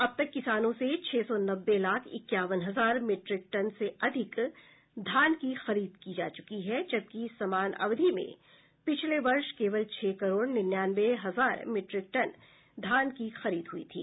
अब तक किसानों से छह सौ नब्बे लाख इक्यावन हजार मीट्रिक टन से अधिक धान की खरीद की जा चुकी है जबकि समान अवधि में पिछले वर्ष केवल छह करोड़ निन्यानवे हजार मीट्रिक टन धान की खरीद हुई थी